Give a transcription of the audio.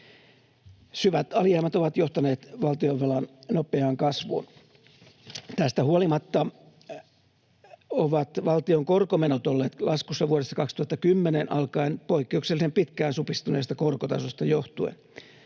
Syvät alijäämät ovat johtaneet valtionvelan nopeaan kasvuun. Tästä huolimatta ovat valtion korkomenot olleet laskussa vuodesta 2010 alkaen poik- keuksellisen pitkään supistuneesta korkotasosta johtuen.